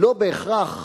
לא בהכרח